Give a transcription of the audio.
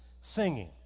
singing